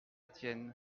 tienne